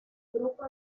grupo